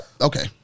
okay